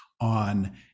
on